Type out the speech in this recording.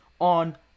on